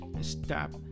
stop